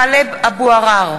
(קוראת בשמות חברי הכנסת) טלב אבו עראר,